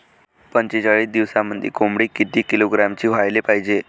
पंचेचाळीस दिवसामंदी कोंबडी किती किलोग्रॅमची व्हायले पाहीजे?